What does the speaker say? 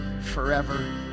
forever